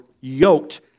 yoked